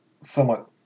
somewhat